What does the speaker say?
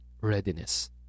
readiness